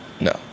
No